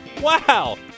wow